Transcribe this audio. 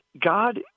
God